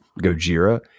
Gojira